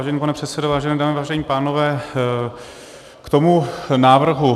Vážený pane předsedo, vážené dámy, vážení pánové, k tomu návrhu.